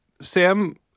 Sam